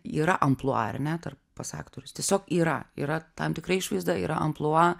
yra amplua ar ne tarp pas aktorius tiesiog yra yra tam tikra išvaizda yra amplua